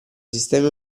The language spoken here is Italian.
sistemi